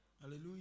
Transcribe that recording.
Hallelujah